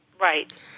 right